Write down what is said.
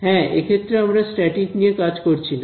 হ্যাঁ এক্ষেত্রে আমরা স্ট্যাটিক নিয়ে কাজ করছি না